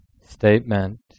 statement